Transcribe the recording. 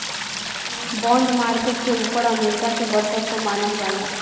bond market के ऊपर America के वर्चस्व मानल जाला